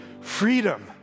freedom